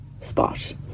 spot